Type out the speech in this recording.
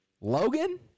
Logan